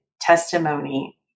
testimony